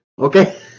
Okay